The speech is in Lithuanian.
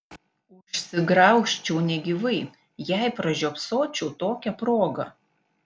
užsigraužčiau negyvai jei pražiopsočiau tokią progą